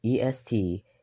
EST